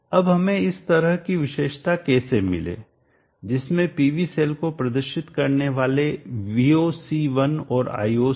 अब हमें इस तरह की विशेषता कैसे मिले जिसमें PV सेल को प्रदर्शित करने वाले Voc1 और Ioc1 हो